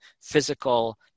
physical